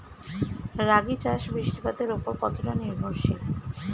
রাগী চাষ বৃষ্টিপাতের ওপর কতটা নির্ভরশীল?